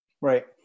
right